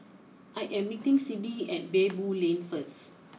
I am meeting Sibbie at Baboo Lane first